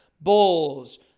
Bulls